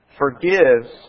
forgives